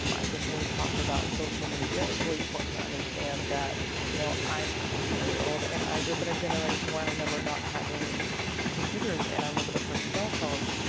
um i think when we talk about social media, really important to understand that you know i am um also very old and i grew up in a generation where i remember not having computers. and i remember the first cell phone.